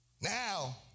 Now